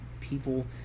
people